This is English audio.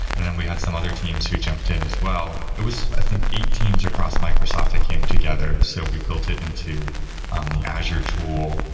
and then we had some other teams who jumped in as well. it was, i think eight teams across microsoft that came together, so we built it into um the azure tool.